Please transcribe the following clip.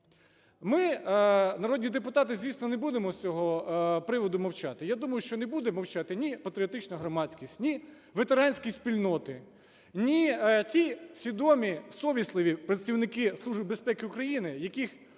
Ми, народні депутати, звісно не будемо з цього приводу мовчати, я думаю, що не будуть мовчати ні патріотична громадськість, ні ветеранські спільноти, ні ті свідомі, совісливі працівники Служби